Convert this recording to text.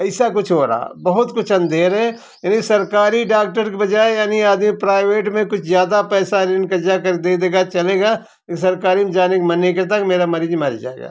ऐसा कुछ हो रहा बहुत कुछ अंधेर है यानी सरकारी डॉक्टर के बजाय यानी आदमी प्राइवेट में कुछ ज्यादा पैसा इनका जा कर दे देगा चलेगा इस सरकारी में जाने का मन नहीं करता है मेरा मरीज मर जाएगा